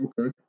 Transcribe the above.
okay